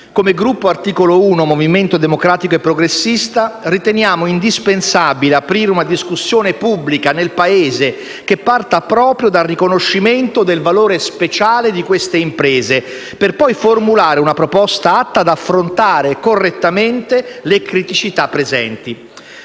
Come Gruppo Articolo 1-Movimento democratico e progressista riteniamo indispensabile aprire una discussione pubblica nel Paese, che parta proprio dal riconoscimento del valore speciale di queste imprese, per poi formulare una proposta atta ad affrontare correttamente le criticità presenti.